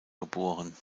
geboren